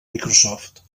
microsoft